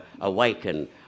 awaken